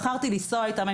בחרתי לנסוע איתן.